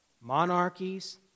Monarchies